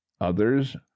others